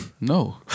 No